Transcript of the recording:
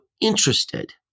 interested